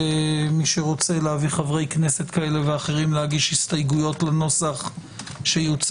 מי שרוצה להביא חברי כנסת כאלה ואחרים להגיש הסתייגויות לנוסח שיוצע,